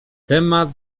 temat